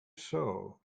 sow